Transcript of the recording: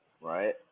Right